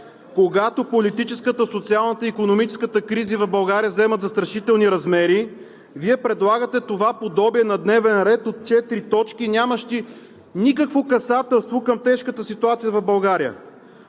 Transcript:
когато политическата, социалната и икономическата кризи в България заемат застрашителни размери, Вие предлагате това подобие на дневен ред от четири точки, нямащи никакво касателство към тежката ситуация в България!